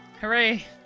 Hooray